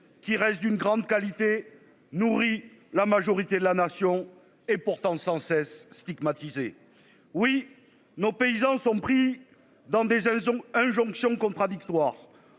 qui reste d'une grande qualité nourri la majorité de la nation et pourtant sans cesse stigmatisé oui nos paysans sont pris dans des saisons injonctions contradictoires